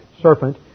serpent